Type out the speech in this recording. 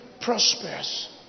prosperous